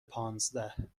پانزده